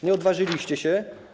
Nie odważyliście się.